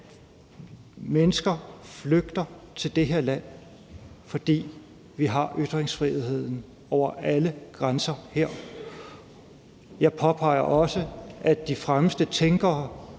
over alle grænser til det her land, fordi vi har ytringsfriheden her. Jeg påpeger også, at de fremmeste tænkere